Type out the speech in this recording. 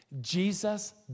Jesus